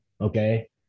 okay